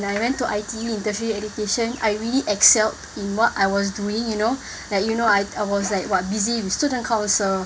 when I went to I_T_E interview education I really excelled in what I was doing you know like you know I I was I was busy with student council